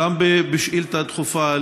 גם בשאילתה דחופה,